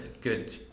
good